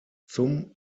zum